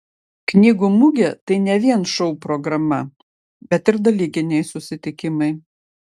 knygų mugė tai ne vien šou programa bet ir dalykiniai susitikimai